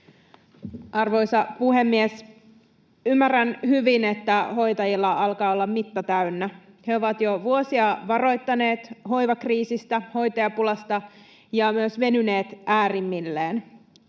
Arvoisa puhemies! Ymmärrän hyvin, että hoitajilla alkaa olla mitta täynnä. He ovat jo vuosia varoittaneet hoivakriisistä, hoitajapulasta ja myös venyneet äärimmilleen.